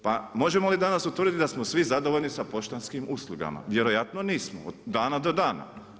Pa možemo li danas utvrditi da smo svi zadovoljni sa poštanskim uslugama, vjerojatno nismo, od dana do dana.